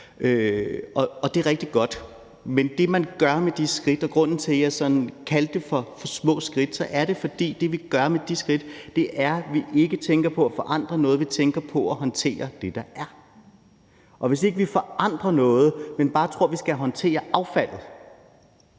det er rigtig godt. Men det, vi gør med de skridt – og det var grunden til, at jeg sådan kaldte det for små skridt – er, at vi ikke tænker på at forandre noget; vi tænker på at håndtere det, der er. Og hvis ikke vi forandrer noget, men bare tror, vi skal håndtere affaldet,